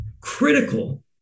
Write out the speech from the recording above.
critical